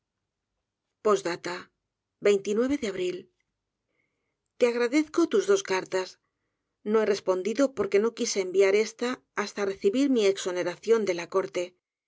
de abril te agradezco tus dos cartas no he respondido porque s o quise enviar esta hasta recibir mi exhoneracion de b corte